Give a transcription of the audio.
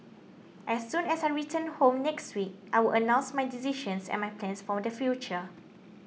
as soon as I return home next week I will announce my decision and my plans for the future